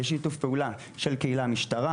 בשיתוף פעולה של קהילה-משטרה,